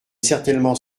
certainement